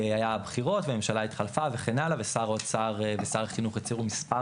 היו בחירות והממשלה התחלפה וכן הלאה ושר האוצר ושר החינוך הציעו מספר